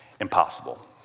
Impossible